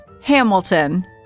Hamilton